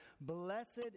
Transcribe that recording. blessed